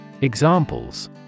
Examples